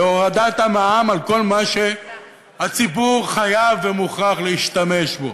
להורדת המע"מ על מה שהציבור מוכרח וחייב להשתמש בו.